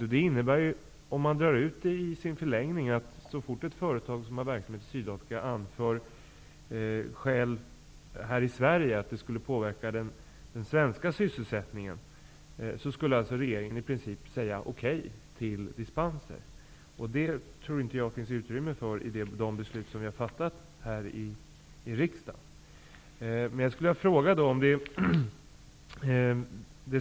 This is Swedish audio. Om man drar ut resonemanget innebär det i sin förlängning, att så fort ett företag som har verksamhet i Sydafrika anför som skäl att sysselsättningen här i Sverige skulle påverkas, skulle regeringen i princip säga ja till dispenser. Det tror jag inte finns utrymme för genom de beslut som vi har fattat här i riksdagen.